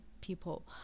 people